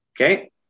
okay